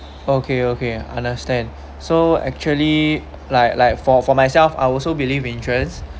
okay okay understand so actually like like for for myself I also believe insurance